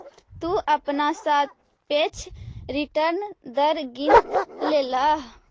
तु अपना सापेक्ष रिटर्न दर गिन लेलह